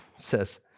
says